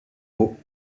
haut